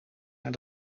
naar